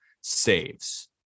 saves